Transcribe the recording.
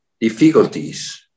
difficulties